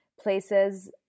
places